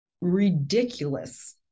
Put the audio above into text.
ridiculous